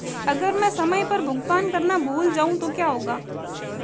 अगर मैं समय पर भुगतान करना भूल जाऊं तो क्या होगा?